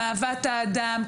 אהבת האדם,